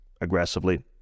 aggressively